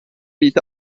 vita